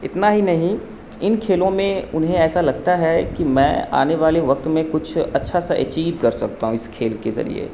اتنا ہی نہیں ان کھیلوں میں انہیں ایسا لگتا ہے کہ میں آنے والے وقت میں کچھ اچھا سا اچیو کر سکتا ہوں اس کھیل کے ذریعے